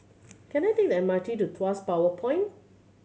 can I take the M R T to Tuas Power Point